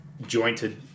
jointed